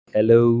Hello